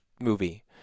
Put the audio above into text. movie